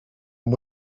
amb